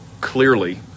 clearly